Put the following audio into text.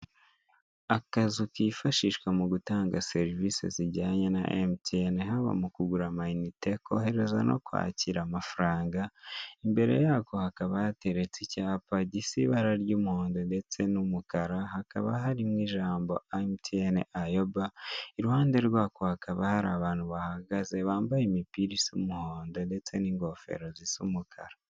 Akazu kifashishwa mu gutanga serivise zijyanye na MTN, haba mukugura ama inite koherereza no kwakira amafaranga, imbere yako hakaba hateretse icyapa gisa ibara ry'umuhondo ndetse n'umukara, hakaba harimwo ijambo emutiyeni ayoba iruhande rwako hakaba hari abantu bahahagaze bambaye imipira isa umuhondo ndetse n'ingofero zisa umukara.